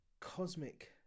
cosmic